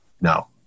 No